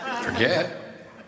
Forget